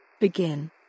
Begin